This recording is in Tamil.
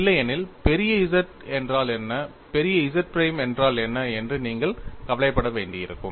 இல்லையெனில் பெரிய Z என்றால் என்ன பெரிய Z பிரைம் என்றால் என்ன என்று நீங்கள் கவலைப்பட வேண்டியிருக்கும்